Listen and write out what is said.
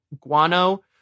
Guano